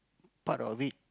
part of it